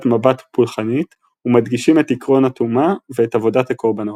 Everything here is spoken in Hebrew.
מבט פולחנית ומדגישים את עיקרון הטומאה ואת עבודת הקרבנות.